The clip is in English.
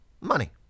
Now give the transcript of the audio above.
money